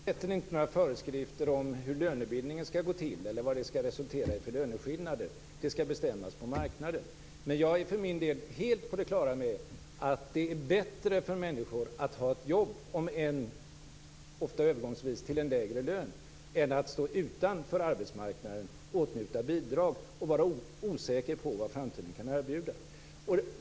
Fru talman! Vi formulerar inte några föreskrifter om hur lönebildningen skall gå till eller vilka löneskillnader den skall resultera i. Det skall bestämmas på marknaden. Men jag är för min del helt på det klara med att det är bättre för människor att ha ett jobb, om än - ofta övergångsvis - till en lägre lön, än att stå utanför arbetsmarknaden och åtnjuta bidrag och vara osäker på vad framtiden kan erbjuda.